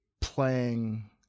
playing